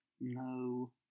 No